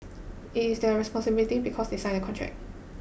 it's their responsibility because they sign the contract